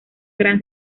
gran